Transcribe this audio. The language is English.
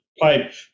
pipe